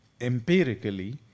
empirically